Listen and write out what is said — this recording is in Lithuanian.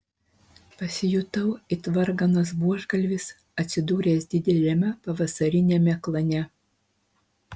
pasijutau it varganas buožgalvis atsidūręs dideliame pavasariniame klane